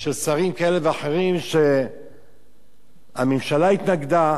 של שרים כאלה ואחרים שהממשלה התנגדה,